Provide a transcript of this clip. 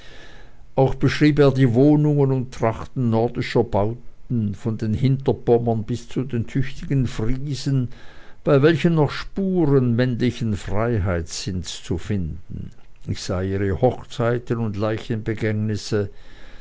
auch beschrieb er die wohnungen und trachten nordischer bauern von den hinterpommern bis zu den tüchtigen friesen bei welchen noch spuren männlichen freiheitsinnes zu finden ich sah ihre hochzeiten und